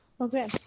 Okay